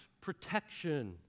protection